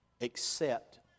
accept